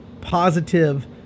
Positive